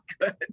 good